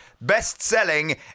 best-selling